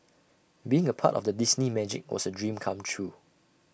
being A part of the Disney magic was A dream come true